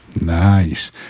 Nice